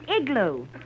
igloo